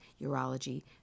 urology